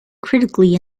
critically